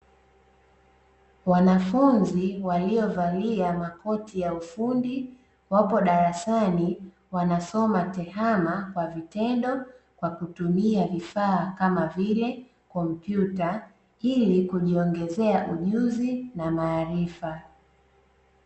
Wanafunzi waliovalia makoti ya ufundi wapo arasani wanasoma tehama kwa vitendo, kwa kutumia vifaa kama vile kompyuta ili kujiongeza ujuzi na maarifa.